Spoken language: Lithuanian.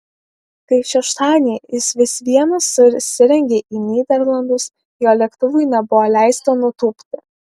kai šeštadienį jis vis viena susirengė į nyderlandus jo lėktuvui nebuvo leista nutūpti